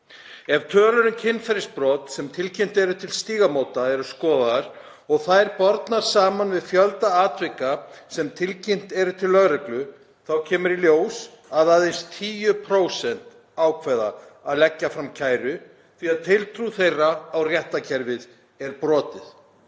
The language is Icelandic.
Ef tölur um kynferðisbrot sem tilkynnt eru til Stígamóta eru skoðaðar og þær bornar saman við fjölda atvika sem tilkynnt eru til lögreglu þá kemur í ljós að aðeins 10% ákveða að leggja fram kæru því að tiltrú þeirra á réttarkerfið er brotin.